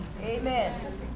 Amen